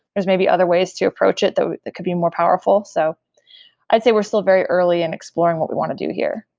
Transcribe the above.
there's may be other ways to approach it that could be more powerful. so i'd say we're still very early in exploring what we want to do here